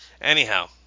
Anyhow